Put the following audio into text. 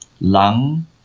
lung